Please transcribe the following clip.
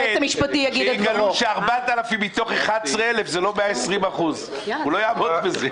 מפחד שיגלו ש-4,000 מתוך 11,000 זה לא 120%. הוא לא יעמוד בזה.